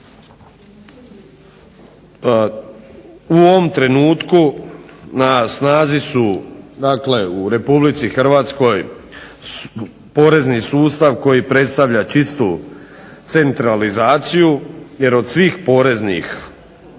U ovom trenutku na snazi je u Republici Hrvatskoj porezni sustav koji predstavlja čistu centralizaciju jer od svih poreznih primanja